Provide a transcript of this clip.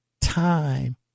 time